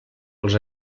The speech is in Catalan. els